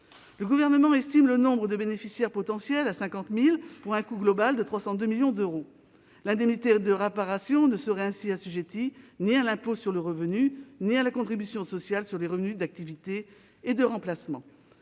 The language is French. Le Gouvernement estime le nombre de bénéficiaires potentiels du dispositif à 50 000, pour un coût global de 302 millions d'euros. L'indemnité de réparation ne serait assujettie ni à l'impôt sur le revenu ni à la contribution sociale sur les revenus d'activité et de remplacement.